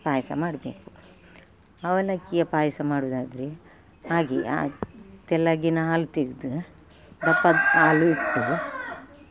ಪಾಯಸ ಮಾಡಬೇಕು ಅವಲಕ್ಕಿಯ ಪಾಯಸ ಮಾಡುವುದಾದ್ರೆ ಹಾಗೇ ಆ ತೆಳ್ಳಗಿನ ಹಾಲು ತೆಗೆದು ದಪ್ಪ ಹಾಲು ಇಟ್ಟು